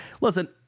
Listen